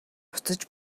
буцаж